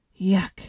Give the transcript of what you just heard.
Yuck